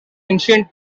ancient